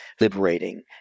liberating